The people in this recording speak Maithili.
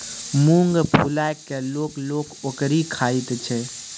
मुँग फुलाए कय लोक लोक ओकरी खाइत छै